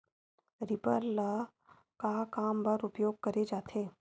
Reaper ल का काम बर उपयोग करे जाथे?